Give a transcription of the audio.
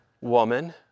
Woman